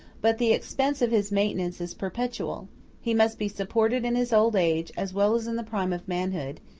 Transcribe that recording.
but the expense of his maintenance is perpetual he must be supported in his old age as well as in the prime of manhood,